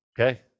Okay